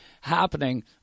happening